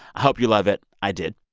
i hope you love it. i did.